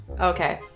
Okay